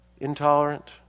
intolerant